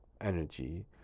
energy